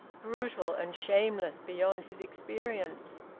brutal and shameless beyond his experience,